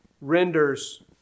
renders